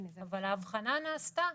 אבל ההבחנה נעשתה